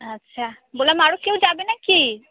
আচ্ছা বললাম আরও কেউ যাবে নাকি